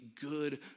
good